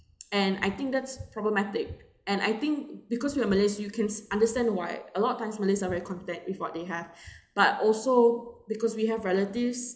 and I think that's problematic and I think because you are malays you cans understand why a lot of times malays are very content with what they have but also because we have relatives